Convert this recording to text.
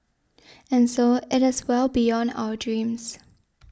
and so it is well beyond our dreams